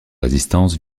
résistances